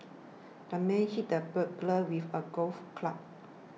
the man hit the burglar with a golf club